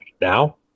now